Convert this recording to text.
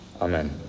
Amen